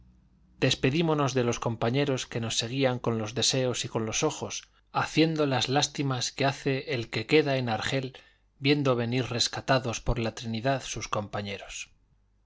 casa despedímonos de los compañeros que nos seguían con los deseos y con los ojos haciendo las lástimas que hace el que queda en argel viendo venir rescatados por la trinidad sus compañeros